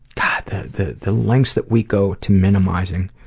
god the the the lengths that we go to minimizing